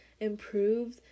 improved